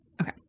Okay